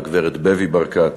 והגברת בבי ברקת,